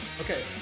Okay